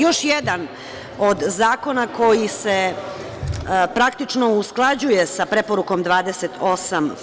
Još jedan od zakona koji se praktično usklađuje sa preporukom 28.